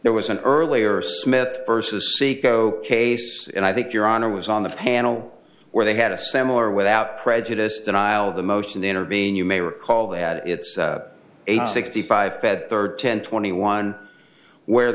there was an earlier smith versus saeco case and i think your honor was on the panel where they had a similar without prejudice denial of the motion intervene you may recall that it's eight sixty five fed third ten twenty one where